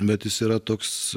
bet jis yra toks